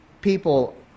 people